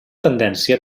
tendència